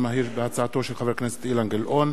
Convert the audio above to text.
הצעתו של חבר הכנסת אילן גילאון,